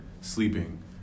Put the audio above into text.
sleeping